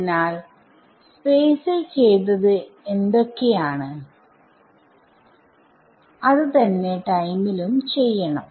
അതിനാൽ സ്പേസിൽ ചെയ്തത് എന്തൊക്കെയാണ് അത് തന്നെ ടൈമിലും ചെയ്യണം